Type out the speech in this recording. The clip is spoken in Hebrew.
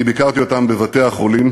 אני ביקרתי אותם בבתי-החולים,